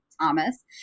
Thomas